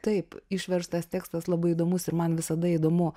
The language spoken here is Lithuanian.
taip išverstas tekstas labai įdomus ir man visada įdomu